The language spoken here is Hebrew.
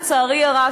לצערי הרב,